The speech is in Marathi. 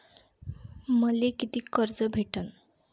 मले कितीक कर्ज भेटन?